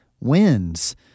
Wins